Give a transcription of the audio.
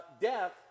death